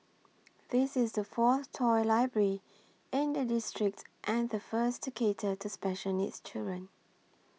this is the fourth toy library in the district and the first to cater to special needs children